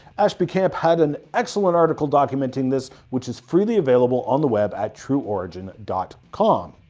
ashby camp had an excellent article documenting this which is freely available on the web at trueorigin dot com